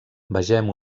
vegem